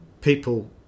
people –